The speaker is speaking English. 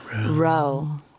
row